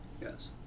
Yes